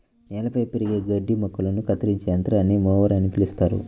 నేలపై పెరిగే గడ్డి మొక్కలను కత్తిరించే యంత్రాన్ని మొవర్ అని పిలుస్తారు